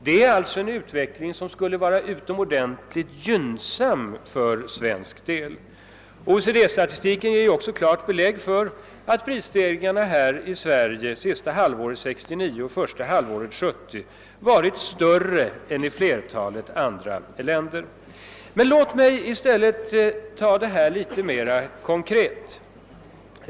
Det är alltså en utveckling som borde ha varit utomordentligt gynnsam för vårt land. OECD-statistiken ger också klart belägg för: att prisstegringarna här i Sverige under sista halvåret 1969 och första halvåret 1970 har varit större än i flertalet andra länder. Men låt 'mig ta det litet mer konkret.